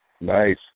Nice